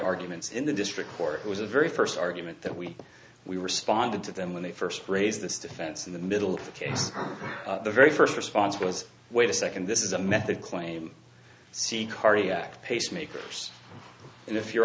arguments in the district court was the very first argument that we we responded to them when they first raised this defense in the middle of the case the very first response was wait a second this is a method claim see cardiac pacemakers and if your